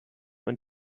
und